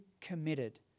committed